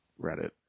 Reddit